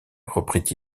reprit